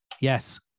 Yes